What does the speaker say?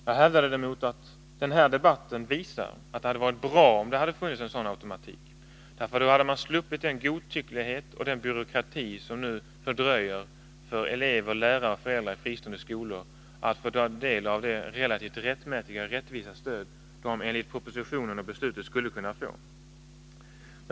Jag hävdade däremot att den här debatten visar att det hade varit bra om det hade funnits en sådan automatik, därför att man då hade gjort slut på den godtycklighet och den byråkrati som nu fördröjer för elever och lärare på fristående skolor att ta del av det relativt rättmätiga och rättvisa stöd som de enligt propositionen och beslutet skulle kunna få.